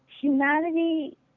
humanity